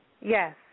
Yes